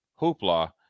hoopla